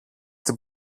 την